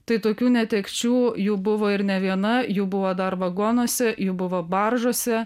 tai tokių netekčių jų buvo ir ne viena jų buvo dar vagonuose jų buvo baržose